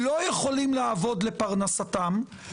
לא יכולים לעבוד לפרנסתם,